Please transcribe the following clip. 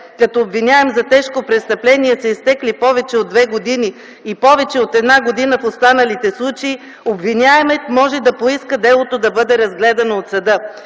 като обвиняем за тежко престъпление са изтекли повече от две години и повече от една година в останалите случаи, обвиняемият може да поиска делото да бъде разгледано от съда.